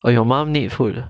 or your mom need food ah